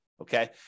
Okay